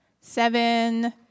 Seven